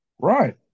Right